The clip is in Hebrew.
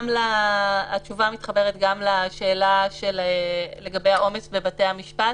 התשובה מתחברת גם לשאלה לגבי העומס בבתי המשפט.